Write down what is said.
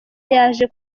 yaje